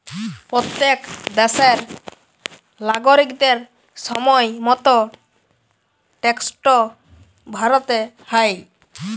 প্যত্তেক দ্যাশের লাগরিকদের সময় মত ট্যাক্সট ভ্যরতে হ্যয়